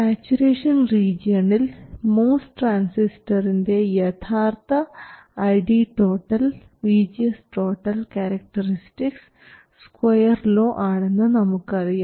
saturation റീജിയണിൽ MOS ട്രാൻസിസ്റ്ററിൻറെ യഥാർത്ഥ ID VGS characteristics square law ആണെന്ന് നമുക്കറിയാം